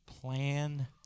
Plan